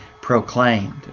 proclaimed